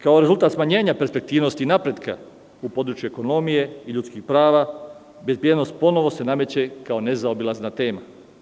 Kao rezultat smanjenja perspektivnosti i napretka u području ekonomije i ljudskih prava, bezbednost ponovo se nameće kao nezaobilazna tema.